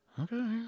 Okay